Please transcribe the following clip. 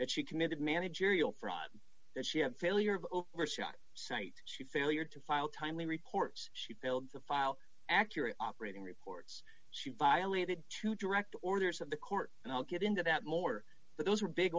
that she committed managerial fraud that she had failure of overshot site to failure to file timely reports she failed to file accurate operating reports she violated to direct orders of the court and i'll get into that more but those are big